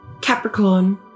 Capricorn